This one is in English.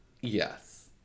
Yes